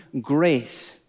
grace